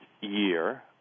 year